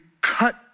cut